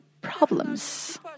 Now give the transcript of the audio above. problems